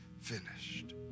finished